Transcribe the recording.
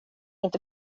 inte